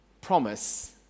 promise